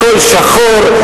הכול שחור,